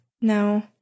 No